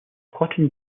cotton